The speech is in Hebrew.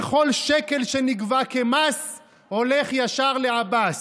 וכל שקל שנגבה כמס הולך ישר לעבאס.